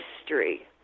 history